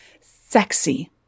sexy